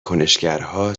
کنشگرها